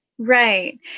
Right